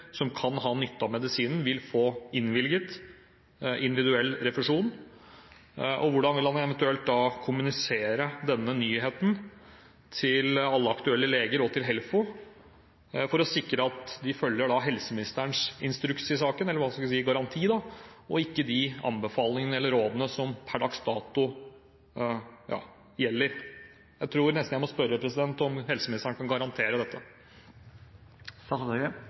aktuelle leger og til HELFO for å sikre at de følger helseministerens instruks i saken, eller garanti, og ikke de anbefalingene eller rådene som per dags dato gjelder? Jeg tror nesten jeg må spørre om helseministeren kan garantere dette.